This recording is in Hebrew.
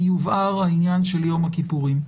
יובהר העניין של יום הכיפורים,